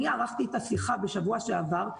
אני ערכתי איתה שיחה בשבוע שעבר,